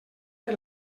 que